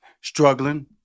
struggling